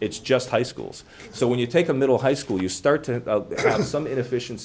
it's just high schools so when you take a middle high school you start to see some inefficien